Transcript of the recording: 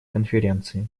конференции